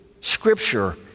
Scripture